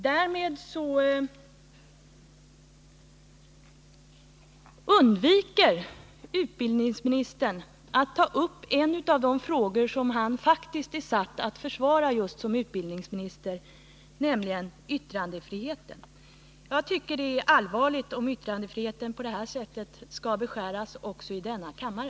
Därmed undviker utbildningsministern att ta upp en av de frågor som han faktiskt är satt till att försvara just som utbildningsminister, nämligen frågan om yttrandefriheten. Jag tycker att det är allvarligt om yttrandefriheten på detta sätt skall beskäras också i denna kammare.